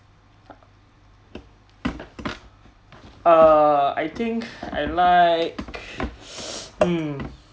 err I think I like um